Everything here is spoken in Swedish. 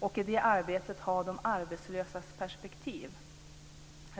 utifrån de arbetslösas perspektiv.